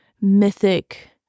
mythic